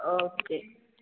okay